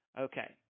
Okay